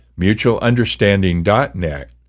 mutualunderstanding.net